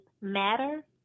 matter